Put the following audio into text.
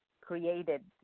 created